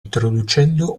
introducendo